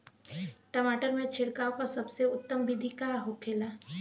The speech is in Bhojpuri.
टमाटर में छिड़काव का सबसे उत्तम बिदी का होखेला?